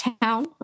town